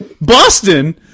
Boston